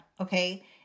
okay